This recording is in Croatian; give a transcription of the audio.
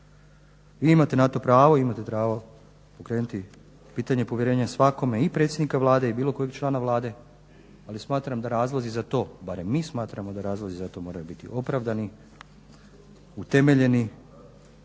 Vi imate na to pravo, imate pravo pokrenuti pitanje povjerenja svakome i predsjednika Vlade i bilo kojeg člana Vlade, ali smatram da razlozi za to, barem mi smatramo da razlozi za to moraju biti opravdani, utemeljeni.